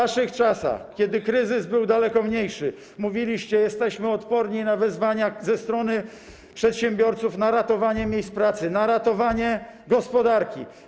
W waszych czasach, kiedy kryzys był dużo mniejszy, mówiliście: jesteśmy odporni na wezwania ze strony przedsiębiorców, na ratowanie miejsc pracy, na ratowanie gospodarki.